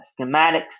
Schematics